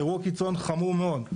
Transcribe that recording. אירוע קיצון חמור מאוד.